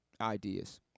ideas